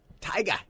Tiger